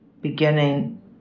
beginning